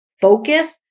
focus